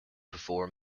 before